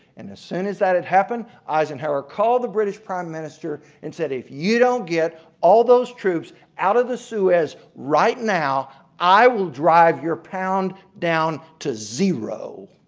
and as soon as that happened eisenhower called the british prime minister and said if you don't get all those troops out of the suez right now i will drive your pound down to zero.